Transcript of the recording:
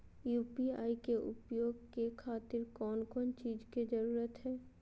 UPI के उपयोग के खातिर कौन कौन चीज के जरूरत है?